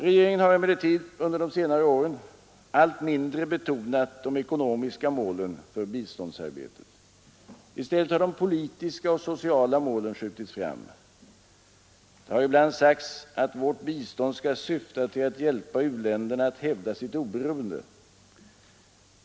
Regeringen har emellertid under de senare åren allt mindre betonat de ekonomiska målen för biståndsarbetet. I stället har de politiska och sociala målen skjutits fram. Det har ibland sagts att vårt bistånd skall syfta till att hjälpa u-länderna hävda sitt oberoende.